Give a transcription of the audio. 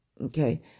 Okay